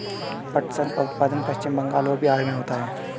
पटसन का उत्पादन पश्चिम बंगाल और बिहार में होता है